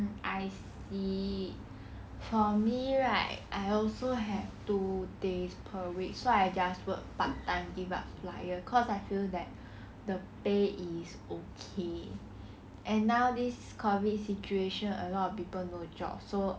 I see for me right I also have two days per week so I just work part time give out flyer cause I feel that the pay is okay and now this COVID situation a lot of people no job so